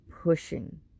pushing